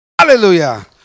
Hallelujah